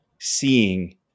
seeing